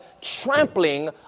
trampling